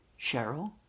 Cheryl